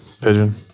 pigeon